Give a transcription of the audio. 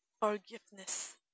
forgiveness